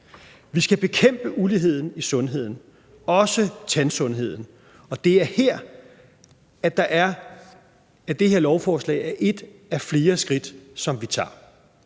Vi skal bekæmpe uligheden i sundheden og også tandsundheden, og det er her, hvor det lovforslag er et af flere skridt, som vi tager.